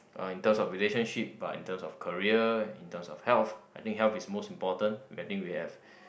uh in terms of relationship but in terms of career in terms of health I think health is most important i think we have